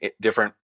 different